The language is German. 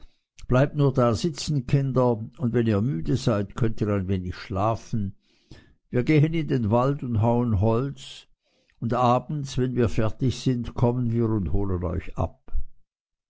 bleibt nur da sitzen ihr kinder und wenn ihr müde seid könnt ihr ein wenig schlafen wir gehen in den wald und hauen holz und abends wenn wir fertig sind kommen wir und holen euch ab